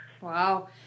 Wow